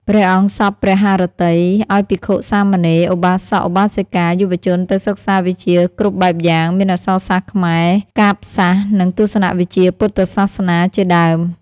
ព្រះអង្គសព្វព្រះហឫទ័យ ឱ្យភិក្ខុសាមណេរ ឧបាសក ឧបាសិកា យុវជនទៅសិក្សាវិជ្ជាគ្រប់បែបយ៉ាង មានអក្សរសាស្ត្រខ្មែរ កាព្យសាស្ត្រ និងទស្សនវិជ្ជាពុទ្ធសាសនា ជាដើម។